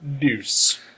deuce